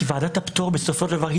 כי ועדת הפטור בסופו של דבר,